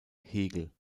hegel